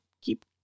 keep